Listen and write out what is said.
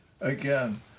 again